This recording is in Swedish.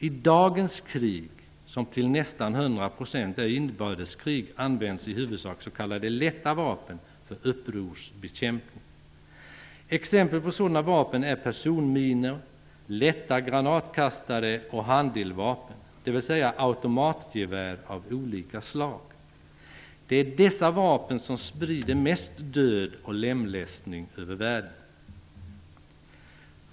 I dagens krig, som till nästan 100 % är inbördeskrig, används i huvudsak s.k. lätta vapen för upprorsbekämpning. Exempel på sådana vapen är personminor, lätta granatkastare och handeldvapen, dvs. automatgevär av olika slag. Det är dessa vapen som sprider mest död och lemlästning över världen.